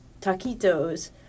taquitos